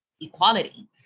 equality